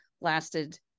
lasted